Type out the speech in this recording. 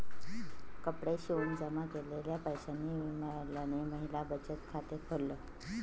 कपडे शिवून जमा केलेल्या पैशांनी विमलने महिला बचत खाते खोल्ल